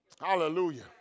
Hallelujah